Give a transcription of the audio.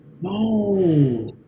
no